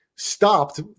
stopped